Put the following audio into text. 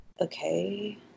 okay